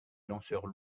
lanceur